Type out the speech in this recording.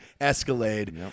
Escalade